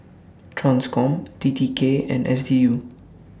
TRANSCOM T T K and S D U